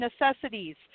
necessities